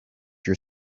your